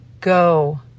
go